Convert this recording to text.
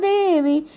Devi